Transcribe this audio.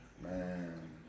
man